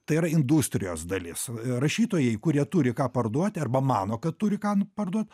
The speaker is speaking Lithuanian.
tai yra industrijos dalis rašytojai kurie turi ką parduoti arba mano kad turi ką parduot